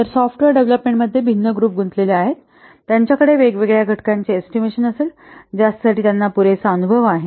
तर software development मध्ये भिन्न ग्रुप गुंतलेले आहेत त्यांच्याकडे वेगवेगळ्या घटकांचा एस्टिमेशन असेल ज्यासाठी त्यांना पुरेसा अनुभव आहे